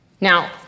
Now